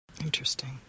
Interesting